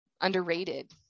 underrated